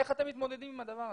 איך אתם מתמודדים עם הדבר הזה?